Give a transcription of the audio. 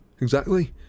Exactly